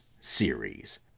series